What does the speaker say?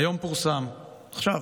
היום פורסם, עכשיו,